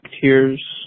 tears